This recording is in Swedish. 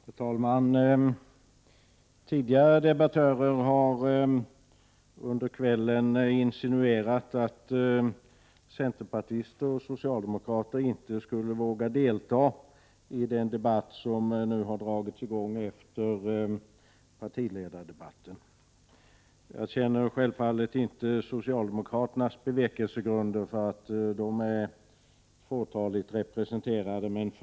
Herr talman! Tidigare debattörer har under kvällen insinuerat att centerpartister och socialdemokrater inte skulle våga delta i den debatt som nu har dragits i gång efter partiledardebatten. Jag känner självfallet inte socialdemokraternas bevekelsegrunder för att de är fåtaligt representerade i debatten.